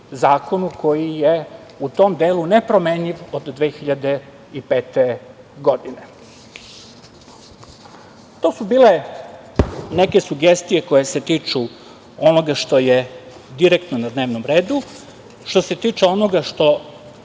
zakonu koji je u tom delu nepromenjiv od 2005. godine. To su bile neke sugestije onoga što je na dnevnom redu. Što se tiče onoga što